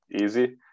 easy